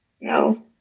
No